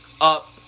up